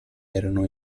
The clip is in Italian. erano